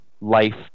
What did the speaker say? life